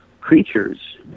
creatures